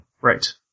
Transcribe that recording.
Right